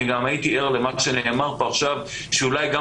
אני גם הייתי ער למה שנאמר פה עכשיו שאולי גם